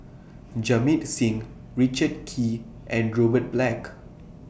Jamit Singh Richard Kee and Robert Black